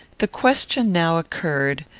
the question now occurred,